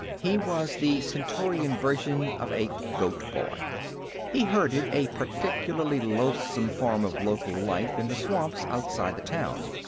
he was the centaurian version of a goat-boy he herded a particularly loathsome form of local life in the swamps outside the town.